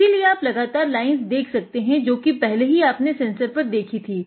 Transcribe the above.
इसीलिए आप लगातार लाइन्स देख सकते हैं जो कि पहले ही आपने सेंसर पर देखि थी